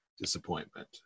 disappointment